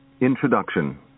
Introduction